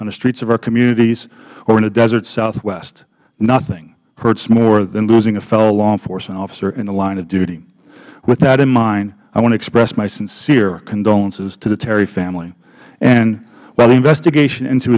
on the streets of our communities or in the desert southwest nothing hurts more than losing a fellow law enforcement officer in the line of duty with that in mind i want to express my sincere condolences to the terry family and while the investigation into